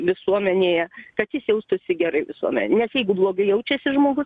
visuomenėje kad jis jaustųsi gerai visuomenėje nes jeigu blogai jaučiasi žmogus